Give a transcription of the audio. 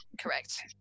Correct